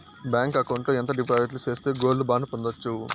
Bank account లో ఎంత డిపాజిట్లు సేస్తే గోల్డ్ బాండు పొందొచ్చు?